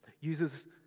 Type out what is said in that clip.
uses